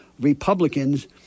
Republicans